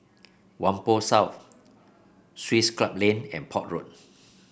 Whampoa South Swiss Club Lane and Port Road